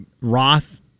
Roth